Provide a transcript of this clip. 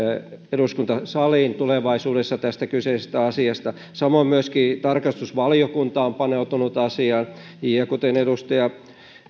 eduskuntasaliin tästä kyseisestä asiasta samoin myöskin tarkastusvaliokunta on paneutunut asiaan ja kuten edustaja